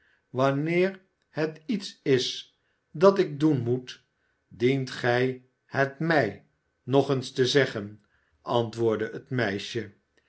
wanneer het iets is dat ik doen moet dient gij het mij nog eens te zeggen antwoordde het meisje